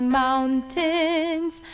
mountains